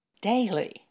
Daily